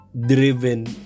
driven